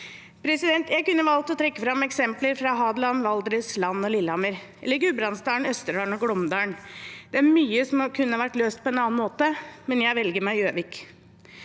oss. Jeg kunne valgt å trekke fram eksempler fra Hadeland, Valdres, Land og Lillehammer – eller fra Gudbrandsdalen, Østerdalen og Glåmdalen. Det er mye som kunne vært løst på en annen måte. Men jeg velger meg Gjøvik.